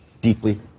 deeply